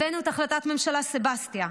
הבאנו את החלטת הממשלה לסבסטיה,